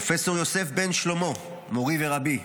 פרופ' יוסף בן שלמה, מורי ורבי,